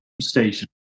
station